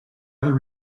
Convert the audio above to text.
other